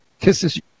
kisses